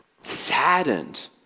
saddened